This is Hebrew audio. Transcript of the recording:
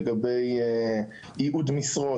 לגבי ייעוד משרות,